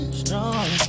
strong